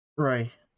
Right